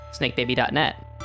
snakebaby.net